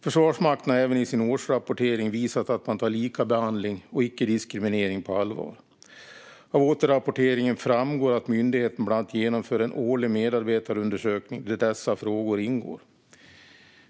Försvarsmakten har även i sin årsrapportering visat att man tar likabehandling och icke-diskriminering på allvar. Av återrapporteringen framgår att myndigheten bland annat genomför en årlig medarbetarundersökning där dessa frågor ingår.